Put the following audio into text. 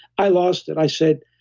i lost it. i said,